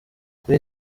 kuri